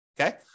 Okay